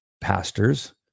pastors